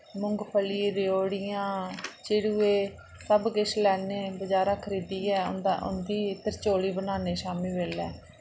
मूंगफली रयोड़ियां चिड़ुए सब किश लैने बजारा खरीदियै उं'दा उं'दी त्रचोली बनाने शामी बेल्लै